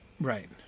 right